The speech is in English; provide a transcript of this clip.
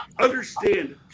understand